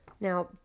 Now